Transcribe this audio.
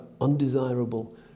undesirable